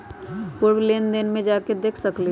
पूर्व लेन देन में जाके देखसकली ह?